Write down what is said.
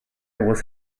was